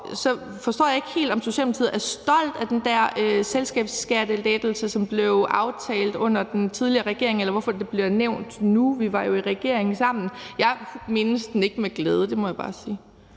ved jeg ikke helt, om Socialdemokratiet er stolt af den der selskabsskattelettelse, som blev aftalt under den tidligere regering, eller hvorfor det bliver nævnt nu. Vi var jo i regering sammen. Jeg mindes den ikke med glæde; det må jeg bare sige.